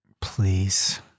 please